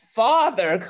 father